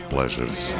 Pleasures